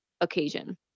occasion